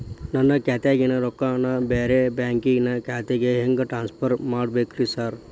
ನನ್ನ ಖಾತ್ಯಾಗಿನ ರೊಕ್ಕಾನ ಬ್ಯಾರೆ ಬ್ಯಾಂಕಿನ ಖಾತೆಗೆ ಹೆಂಗ್ ಟ್ರಾನ್ಸ್ ಪರ್ ಮಾಡ್ಬೇಕ್ರಿ ಸಾರ್?